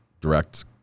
direct